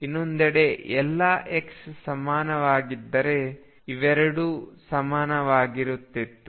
ಇನ್ನೊಂದೆಡೆ ಎಲ್ಲಾ x ಸಮಾನವಾಗಿದ್ದರೆ ಇವೆರಡೂ ಸಮಾನವಾಗಿರುತ್ತಿತ್ತು